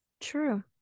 True